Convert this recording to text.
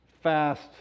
fast